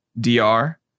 DR